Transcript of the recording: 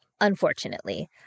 unfortunately